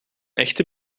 echte